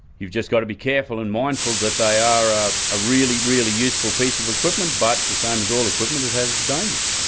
you've just got to be careful and mindful that they are a ah really, really useful piece of equipment but, the same as all equipment, it has its dangers.